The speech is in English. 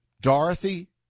Dorothy